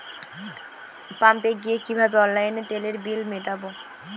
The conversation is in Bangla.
পাম্পে গিয়ে কিভাবে অনলাইনে তেলের বিল মিটাব?